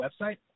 website